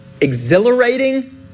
exhilarating